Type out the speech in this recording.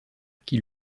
qui